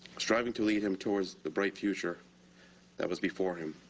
striving to lead him towards the bright future that was before him.